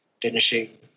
finishing